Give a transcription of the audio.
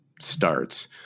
starts